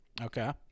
okay